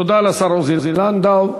תודה לשר עוזי לנדאו.